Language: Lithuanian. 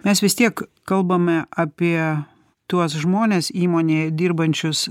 mes vis tiek kalbame apie tuos žmones įmonėje dirbančius